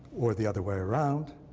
or the other way around.